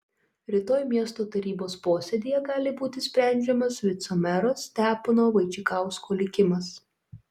rytoj miesto tarybos posėdyje gali būti sprendžiamas vicemero stepono vaičikausko likimas